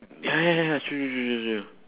ya ya ya ya true true true true true